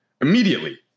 immediately